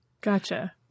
Gotcha